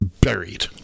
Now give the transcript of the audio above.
buried